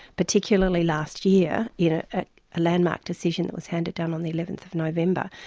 particularly last year, in a ah ah landmark decision that was handed down on the eleventh of november.